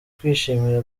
kwishimira